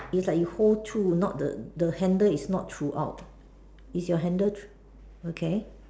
it's like you whole through not the the handle is not throughout is your handle okay